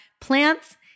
plants